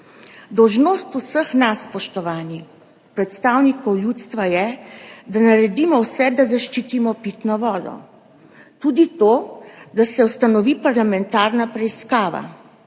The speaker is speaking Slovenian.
dolžnost vseh nas, predstavnikov ljudstva, je, da naredimo vse, da zaščitimo pitno vodo, tudi to, da se ustanovi parlamentarna preiskava,